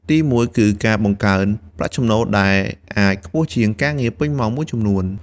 ទីមួយ គឺ ការបង្កើនប្រាក់ចំណូល ដែលអាចខ្ពស់ជាងការងារពេញម៉ោងមួយចំនួន។